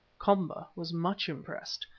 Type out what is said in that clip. komba was much impressed.